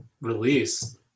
release